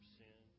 sin